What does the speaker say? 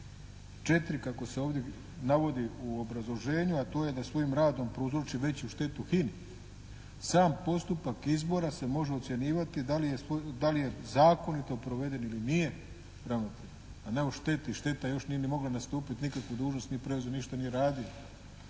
4. kako se ovdje navodi u obrazloženju, a to je da svojim radom prouzroči veću štetu HINA-i. Sam postupak izbora se može ocjenjivati da li je zakonito proveden ili nije, rad, a ne o šteti. Šteta još nije ni mogla nastupiti, nikakvu dužnost nije preuzelo, ništa nije radilo.